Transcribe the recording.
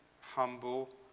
humble